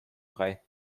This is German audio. brei